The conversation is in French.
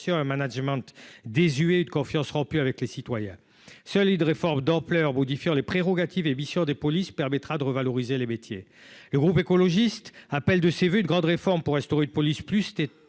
un management 18 confiance rompue avec les citoyens solide réforme d'ampleur modifiant les prérogatives et missions des polices permettra de revaloriser les métiers, le groupe écologiste appelle de ses voeux une grande réforme pour instaurer une police plus